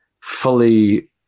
fully